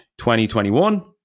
2021